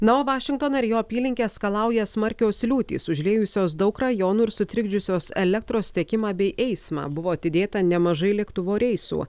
na o vašingtoną ir jo apylinkes skalauja smarkios liūtys užliejusios daug rajonų ir sutrikdžiusios elektros tiekimą bei eismą buvo atidėta nemažai lėktuvo reisų